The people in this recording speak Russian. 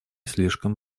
слишком